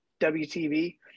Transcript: wtv